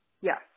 Yes